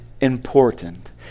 important